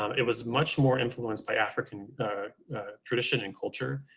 um it was much more influenced by african tradition and culture.